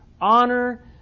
honor